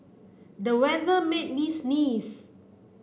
the weather made me sneeze